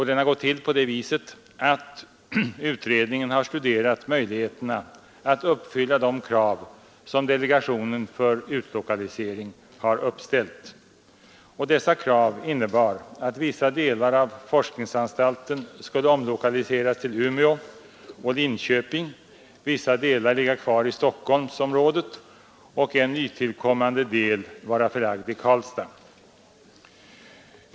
Den har gått till på det sättet att utredningen har studerat möjligheterna att uppfylla de krav som delegationen för utlokalisering har uppställt. Dessa krav innebar att vissa delar av forskningsanstalten skulle omlokaliseras till Umeå och Linköping, vissa delar ligga kvar i Stockholmsområdet och en nytillkommande del vara förlagd i Karlstad.